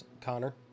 Connor